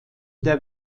der